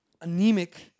anemic